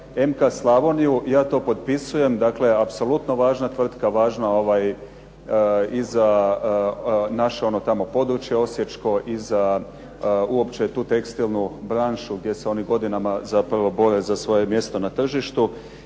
EMKA Slavoniju ja to potpisujem. Dakle, apsolutno važna tvrtka, važna za naše ono tamo područje osječko i za uopće tu tekstilnu branšu gdje se oni godinama zapravo bore za svoje mjesto na tržištu